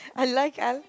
I like I